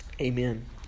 Amen